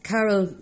Carol